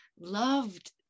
loved